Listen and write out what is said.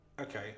Okay